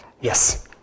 yes